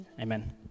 amen